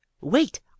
wait